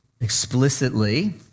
explicitly